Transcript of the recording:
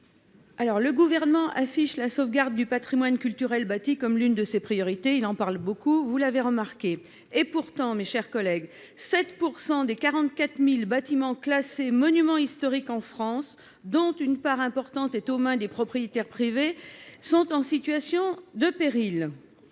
Le Gouvernement affiche la sauvegarde du patrimoine culturel bâti comme l'une de ses priorités. Il en parle beaucoup, on l'aura remarqué ... Pourtant, 7 % des 44 000 bâtiments classés monuments historiques en France, dont une part importante est aux mains de propriétaires privés, sont en situation de péril.